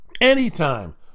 anytime